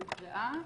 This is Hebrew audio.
הוקראה,